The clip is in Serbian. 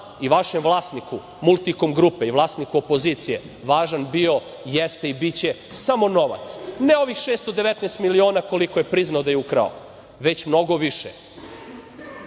i vašem vlasniku „Multikom grupe“ i vlasniku opozicije važan bio, jeste i biće samo novac. Ne ovih 619 miliona, koliko je priznao da je ukrao, već mnogo